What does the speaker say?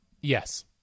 Yes